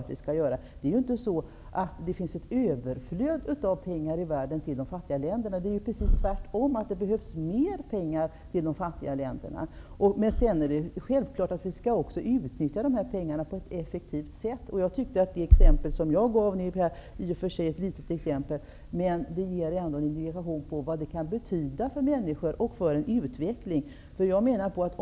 Det är inte så att det i världen finns ett överflöd av pengar som går till de fattiga länderna. Det är precis tvärtom - det behövs mer pengar till de fattiga länderna. Självfallet skall vi utnyttja dessa pengar på ett effektivt sätt. Det exempel på en i och för sig ganska liten biståndsinsats som jag tog upp i mitt anförande visar vad biståndet kan betyda för människorna och för utvecklingen i ett land.